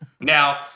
Now